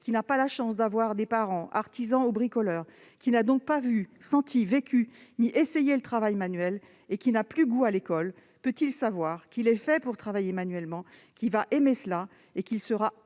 qui n'a pas la chance d'avoir des parents artisans ou bricoleurs, qui n'a donc pas vu, senti, vécu ni essayé le travail manuel et qui n'a plus goût à l'école peut-il savoir qu'il est fait pour travailler manuellement, qu'il va aimer cela et qu'il sera heureux